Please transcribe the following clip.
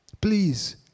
please